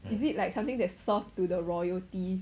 is it like something that soft to the royalty